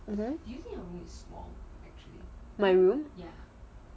mmhmm my room